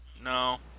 No